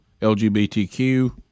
LGBTQ